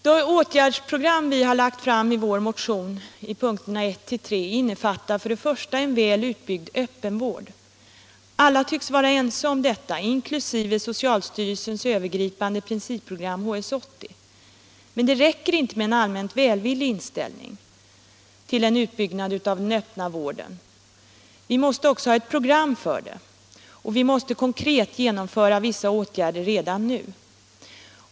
Det åtgärdsprogram vi lagt fram i vår motion i punkterna 1-3 omfattar först och främst en väl utbyggd öppenvård. Alla tycks vara ense om detta, inkl. socialstyrelsens övergripande principprogram HS 80. Men det räcker inte med en allmänt välvillig inställning till en utbyggnad av den öppna vården. Vi måste ha ett program för detta, och vi måste konkret genomföra vissa åtgärder redan nu.